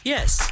Yes